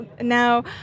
now